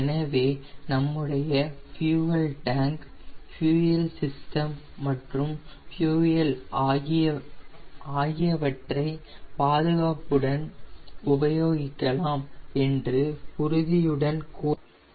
எனவே நம்முடைய fuel tank fuel system மற்றும் ஃபியூயெல் ஆகியவற்றை பாதுகாப்புடன் உபயோகிக்கலாம் என்று உறுதியுடன் கூற முடியும்